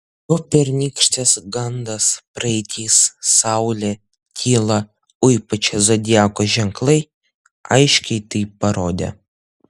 jo pernykštės gandas praeitis saulė tyla o ypač zodiako ženklai aiškiai tai parodė